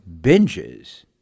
binges